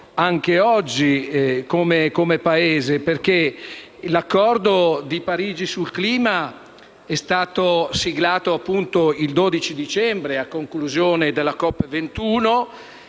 anche oggi come Paese, perché l'Accordo di Parigi sul clima è stato siglato il 12 dicembre, a conclusione della COP21.